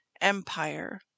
Empire